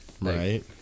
Right